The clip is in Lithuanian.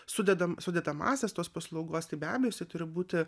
sudedam sudedamąsias tos paslaugos tai be abėjo turi būti